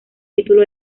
título